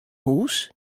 hús